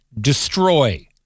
destroy